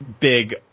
big